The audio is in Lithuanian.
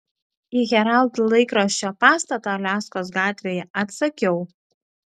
į herald laikraščio pastatą aliaskos gatvėje atsakiau